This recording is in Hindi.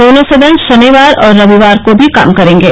दोनों सदन शनिवार और रविवार को भी काम करेंगे